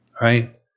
right